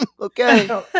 okay